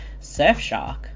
Surfshark